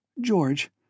George